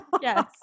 Yes